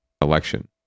election